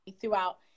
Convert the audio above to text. throughout